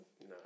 No